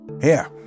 Here